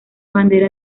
bandera